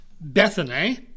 Bethany